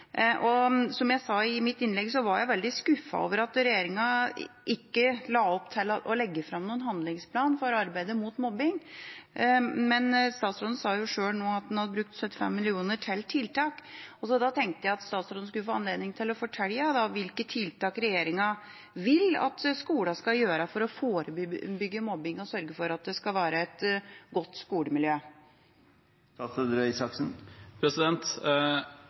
regjeringa ikke la opp til å legge fram en handlingsplan for arbeidet mot mobbing. Statsråden sa sjøl nå at en hadde brukt 75 mill. kr til tiltak. Da tenkte jeg at statsråden skulle få anledning til å fortelle hvilke tiltak regjeringa vil at skolene skal gjøre for å forebygge mobbing og sørge for at det skal være et godt skolemiljø.